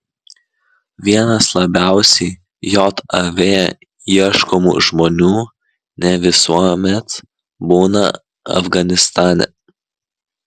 vienas labiausiai jav ieškomų žmonių ne visuomet būna afganistane